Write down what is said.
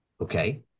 Okay